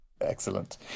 excellent